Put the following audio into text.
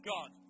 God